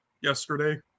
yesterday